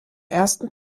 ersten